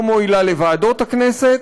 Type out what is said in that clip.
לא מועילה לוועדות הכנסת,